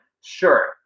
Sure